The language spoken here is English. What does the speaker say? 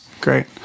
Great